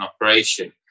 operation